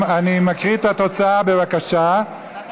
בעד ההצעה להעביר את הצעת החוק לוועדה,